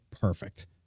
perfect